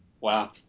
Wow